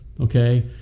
okay